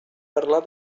parlar